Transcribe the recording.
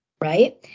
Right